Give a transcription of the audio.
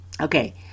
Okay